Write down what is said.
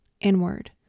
inward